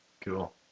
Cool